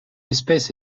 espèce